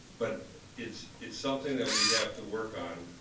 but it's it's something that we have to work on